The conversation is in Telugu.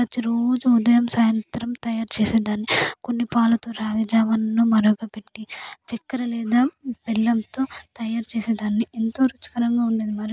ప్రతిరోజు ఉదయం సాయంత్రం తయారు చేసేదాన్ని కొన్ని పాలతో రాగిజావను మరగపెట్టి చక్కెర లేదా బెల్లంతో తయారు చేసేదాన్ని ఎంతో రుచికరంగా ఉందన్నారు